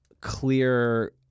clear